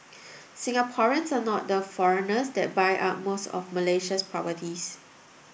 Singaporeans are not the foreigners that buy up most of Malaysia's properties